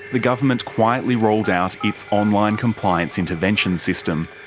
the government quietly rolled out its online compliance intervention system,